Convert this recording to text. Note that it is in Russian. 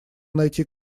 найти